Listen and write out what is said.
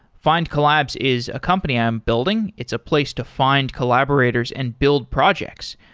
findcollabs is a company i'm building. it's a place to find collaborators and build projects.